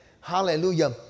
hallelujah